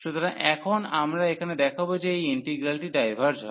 সুতরাং এখন আমরা এখানে দেখাব যে এই ইন্টিগ্রালটি ডাইভার্জ হয়